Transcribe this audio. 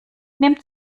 nimmt